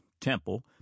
temple